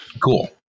cool